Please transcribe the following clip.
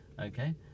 Okay